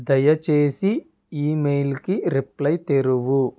దయచేసి ఇమెయిల్కి రిప్లై తెరువు